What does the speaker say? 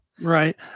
right